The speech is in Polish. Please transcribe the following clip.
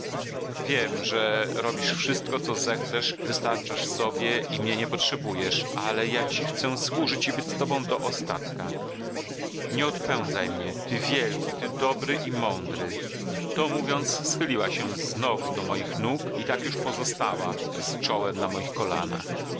wiem że robisz wszystko co zechcesz wystarczasz sobie i mnie nie potrzebujesz ale ja ci chcę służyć i być z tobą do ostatka nie odpędzaj mnie ty wielki ty dobry i mądry to mówiąc schyliła się znowu do moich nóg i tak już pozostała z czołem na moich kolanach